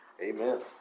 Amen